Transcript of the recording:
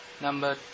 Number